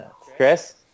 Chris